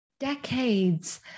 decades